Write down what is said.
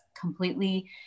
completely